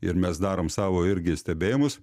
ir mes darom savo irgi stebėjimus